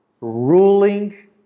ruling